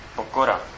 pokora